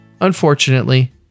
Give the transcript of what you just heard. Unfortunately